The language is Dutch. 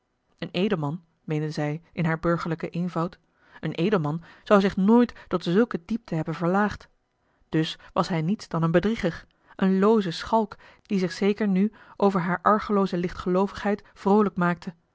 een edelman meende zij in haar burgerlijken eenvoud een edelman zou zich nooit tot zulke diepte hebben verlaagd dus was hij niets dan een bedrieger een looze schalk die zich zeker nu over hare argelooze lichtgeloovigheid vroolijk maakte